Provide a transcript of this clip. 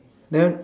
then